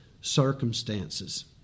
circumstances